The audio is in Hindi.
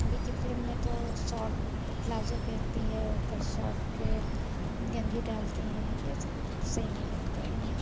अभी की फ्लिम में तो सॉर्ट प्लाज़ो पहनती हैं और ऊपर सॉर्ट गंजी डालती हैं ये सब सही नहीं लगता है